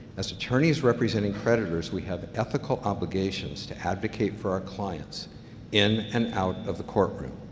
as attorneys representing creditors, we have ethical obligations to advocate for our clients in and out of the courtroom.